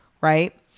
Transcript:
right